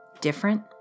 different